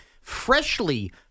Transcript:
freshly